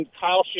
Kyle